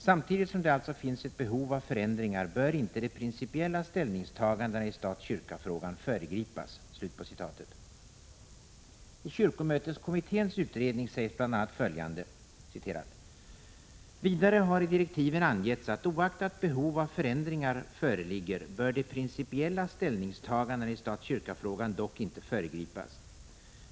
Samtidigt som det alltså finns ett behov av förändringar bör inte de principiella ställningstagandena i stat-kyrka-frågan föregripas.” I kyrkomöteskommitténs utredning sägs bl.a. följande: ”Vidare har angetts att oaktat behov av förändringar föreligger bör de principiella ställningstagandena i stat-kyrka-frågan dock inte föregripas.